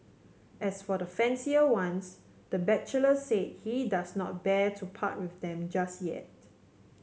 as for the fancier ones the bachelor said he does not bear to part with them just yet